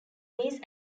these